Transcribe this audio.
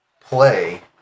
play